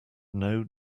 know